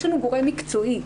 יש לנו גורם מקצועי,